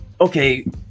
okay